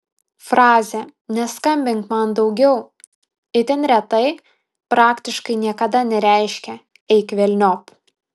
frazė neskambink man daugiau itin retai praktiškai niekada nereiškia eik velniop